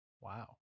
Wow